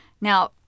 Now